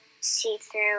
see-through